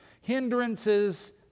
hindrances